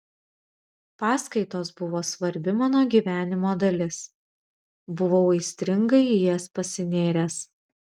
paskaitos buvo svarbi mano gyvenimo dalis buvau aistringai į jas pasinėręs